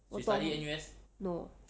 我懂 no